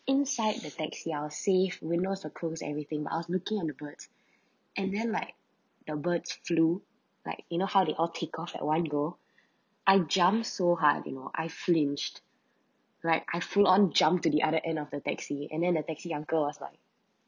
inside the taxi I was safe windows are close everything but I was looking at the birds and then like the birds flew like you know how they all take off at one go I jump so hard you know I flinched right I full on jumped to the other end of the taxi and then the taxi uncle was like